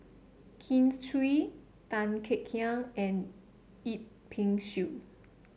Kin Chui Tan Kek Hiang and Yip Pin Xiu